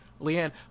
Leanne